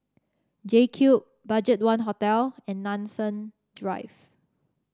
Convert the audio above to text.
JCube BudgetOne Hotel and Nanson Drive